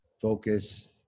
Focus